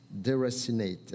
deracinated